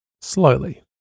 slowly